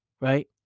Right